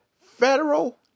federal